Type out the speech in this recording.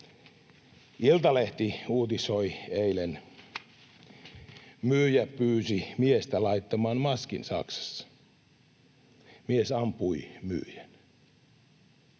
Iltalehti uutisoi eilen: ”Myyjä pyysi miestä laittamaan maskin Saksassa — mies ampui myyjän.”